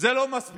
זה לא מספיק.